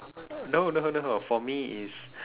no no no for me it's